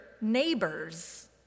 neighbors